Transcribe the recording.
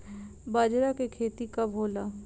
बजरा के खेती कब होला?